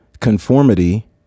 Conformity